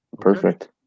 Perfect